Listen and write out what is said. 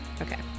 Okay